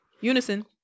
Unison